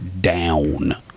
down